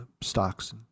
stocks